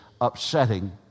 upsetting